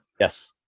Yes